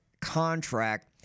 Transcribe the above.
contract